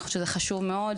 אני חושבת שזה חשוב מאוד.